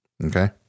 Okay